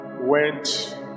went